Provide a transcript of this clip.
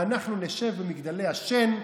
ואנחנו נשב במגדלי השן.